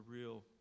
real